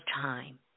time